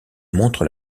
montre